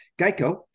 Geico